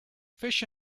fish